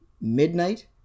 midnight